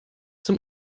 zum